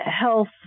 health